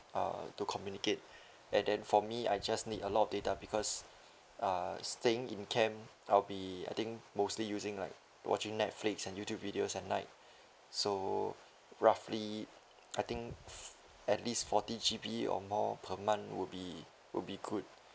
uh to communicate and then for me I just need a lot of data because uh staying in camp I'll be I think mostly using like watching netflix and youtube videos at night so roughly I think f~ at least forty G_B or more per month would be would be good